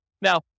Now